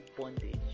bondage